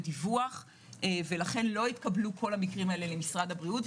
דיווח ולכן לא התקבלו כל המקרים האלה למשרד הבריאות.